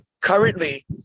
Currently